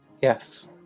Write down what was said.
Yes